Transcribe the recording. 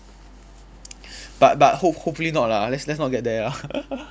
but but hope~ hopefully not lah let's let's not get there lah